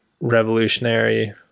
revolutionary